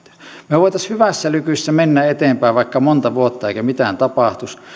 me voisimme hyvässä lykyssä mennä eteenpäin vaikka monta vuotta eikä mitään tapahtuisi